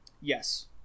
Yes